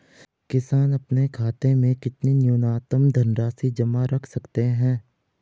किसान अपने खाते में कितनी न्यूनतम धनराशि जमा रख सकते हैं?